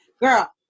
Girl